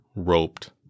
Roped